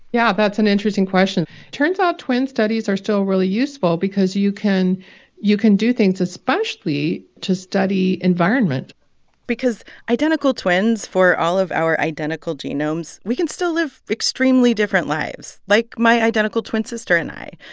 yeah, that's an interesting question. turns out twin studies are still really useful because you can you can do things especially to study environment because identical twins, for all of our identical genomes, we can still live extremely different lives, like my identical twin sister and i.